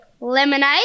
lemonade